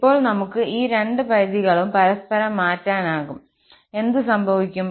ഇപ്പോൾ നമുക്ക് ഈ രണ്ട് പരിധികളും പരസ്പരം മാറ്റാനാകും എന്ത് സംഭവിക്കും